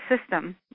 system